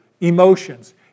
emotions